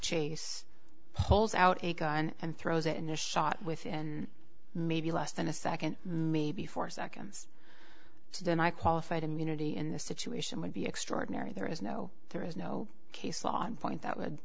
chase pulls out a gun and throws it in the shot within maybe less than a second maybe four seconds to deny qualified immunity in this situation would be extraordinary there is no there is no case law on point that would